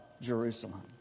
Jerusalem